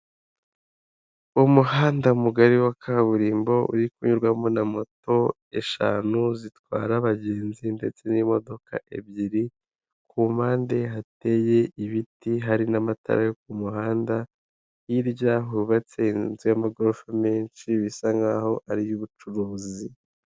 Umuhanda mugari wa kaburimbo uri kunyurwamo na moto eshanu zitwara abagenzi ndetse n'imodoka ebyiri. Ku mpande hateye ibiti, hari n'amatara yo ku muhanda. Hirya hubatse inzu y'amagorofa menshi bisa nkaho ari iy'ubucuruzi.